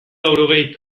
laurogei